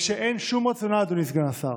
כשאין שום רציונל, אדוני סגן השר,